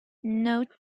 note